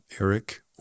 Eric